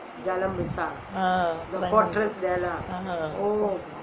ah